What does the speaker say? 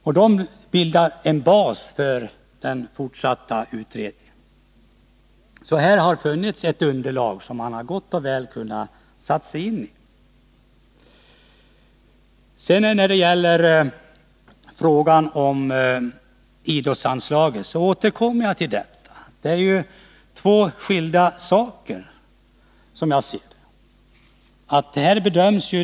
Detta bildade en bas för den fortsatta utredningen. Här har det således funnits ett underlag som man gott och väl har kunnat sätta sig in i. När det gäller idrottsanslaget återkommer jag till att det här, som jag ser det, är fråga om två skilda saker.